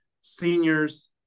seniors